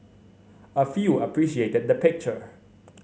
a few appreciated the picture